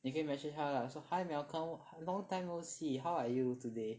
你可以 message 他 lah 说 hi Malcolm long time no see how are you today